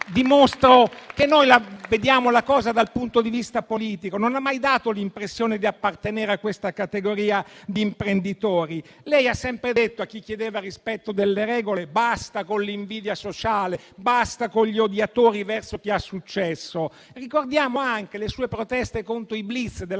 dimostro che noi vediamo la questione dal punto di vista politico - non ha mai dato l'impressione di appartenere a quella categoria di imprenditori; lei ha sempre detto a chi chiedeva rispetto delle regole di farla finita con l'invidia sociale, con gli odiatori verso chi ha successo. Ricordiamo anche le sue proteste contro i *blitz* della